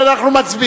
ובכן, אנחנו מצביעים